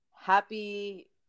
happy